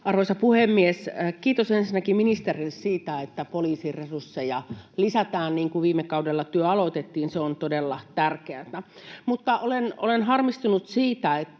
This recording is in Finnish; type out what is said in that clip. Arvoisa puhemies! Kiitos ensinnäkin ministerille siitä, että poliisin resursseja lisätään, niin kuin viime kaudella työ aloitettiin. Se on todella tärkeätä. Mutta olen harmistunut siitä,